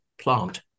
plant